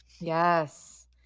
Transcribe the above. Yes